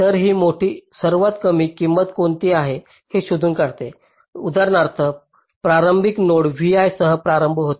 तर ही सर्वात कमी किंमत कोणती आहे हे शोधून काढले उदाहरणार्थ प्रारंभिक नोड vi सह प्रारंभ होते